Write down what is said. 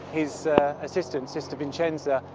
his assistant, sister vincenza,